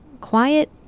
quiet